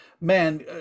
man